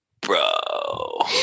Bro